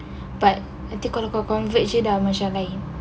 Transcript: but kalau kau orang covert jer macam like